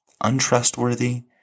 untrustworthy